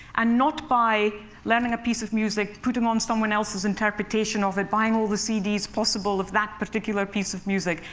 and not by learning a piece of music, putting on someone else's interpretation of it, buying all the cds possible of that particular piece of music,